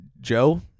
Joe